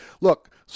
Look